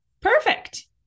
perfect